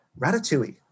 Ratatouille